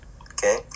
Okay